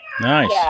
Nice